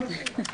הישיבה נעולה.